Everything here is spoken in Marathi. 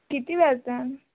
किती व्याज